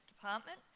department